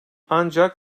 ancak